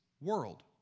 world